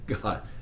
God